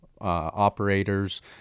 operators